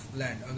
land